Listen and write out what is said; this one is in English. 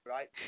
Right